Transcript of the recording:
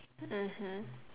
mmhmm